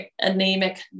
anemic